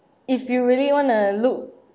if you really wanna look